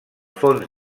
fons